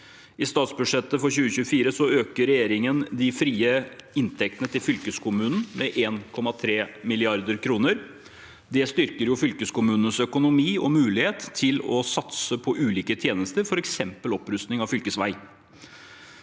I statsbudsjettet for 2024 øker regjeringen de frie inntektene til fylkeskommunene med 1,3 mrd. kr. Det styrker fylkeskommunenes økonomi og muligheten for å satse på ulike tjenester, f.eks. opprustning av fylkesvei.